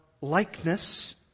likeness